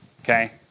Okay